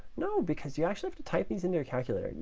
no, because you actually have to type these into your calculator.